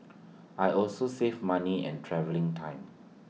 I also save money and travelling time